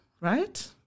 right